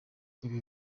ibi